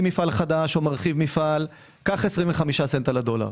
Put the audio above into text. מפעל חדש או מרחיב מפעיל קח 25 סנט על הדולר.